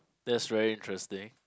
that's very interesting